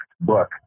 book